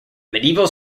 medieval